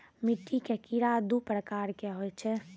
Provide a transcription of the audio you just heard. मिट्टी के कीड़ा दू प्रकार के होय छै